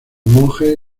monjes